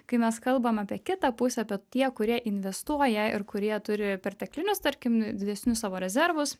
kai mes kalbam apie kitą pusę apie tie kurie investuoja ir kurie turi perteklinius tarkim didesnius savo rezervus